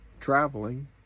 traveling